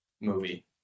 movie